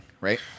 right